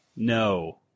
No